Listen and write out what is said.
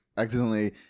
Accidentally